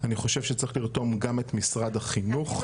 אני חושב שצריך לרתום גם את משרד החינוך.